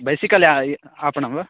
bicycle आय् आपणं वा